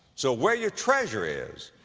so where your treasure is,